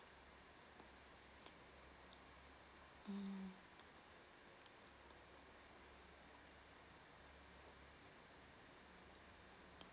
mm